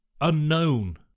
unknown